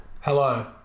Hello